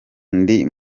ndi